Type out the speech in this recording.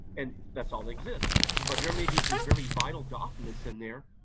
and that's all that exists, but there may be some very vital documents in there,